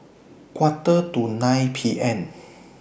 Quarter to nine P M